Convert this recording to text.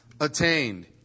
attained